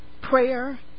Prayer